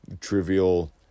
trivial